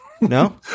No